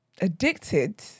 Addicted